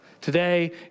today